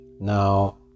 Now